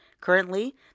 Currently